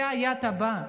זה היעד הבא.